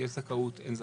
יש זכאות או אין זכאות,